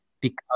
because-